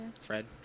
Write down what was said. Fred